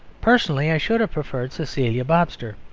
personally i should have preferred cecilia bobster.